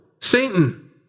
Satan